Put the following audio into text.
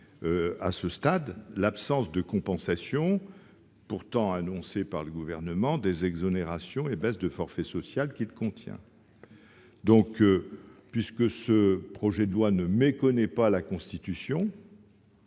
à ce stade, l'absence de compensation, pourtant annoncée par le Gouvernement, des exonérations et baisses de forfait social qu'il contient. Le projet de loi ne méconnaît pas la Constitution.